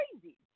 crazy